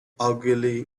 ogilvy